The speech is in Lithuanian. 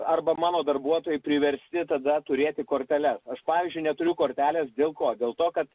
arba mano darbuotojai priversti tada turėti korteles aš pavyzdžiui neturiu kortelės dėl ko dėl to kad